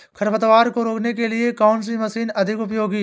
खरपतवार को रोकने के लिए कौन सी मशीन अधिक उपयोगी है?